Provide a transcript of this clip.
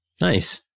Nice